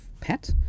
PET